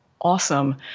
awesome